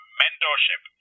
mentorship